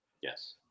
Yes